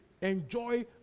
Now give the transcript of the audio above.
enjoy